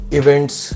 events